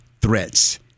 threats